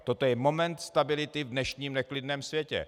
Toto je moment stability v dnešním neklidném světě.